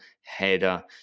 header